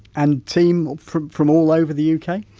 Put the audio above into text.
and team from from all over the uk?